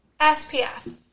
SPF